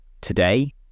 today